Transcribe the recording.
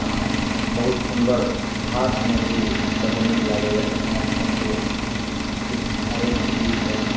आओर बहुत सुन्दर हाथमे भी बड्ड नीक लागइए स्मार्ट फोनके किछु आरो खुबी छै